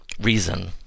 reason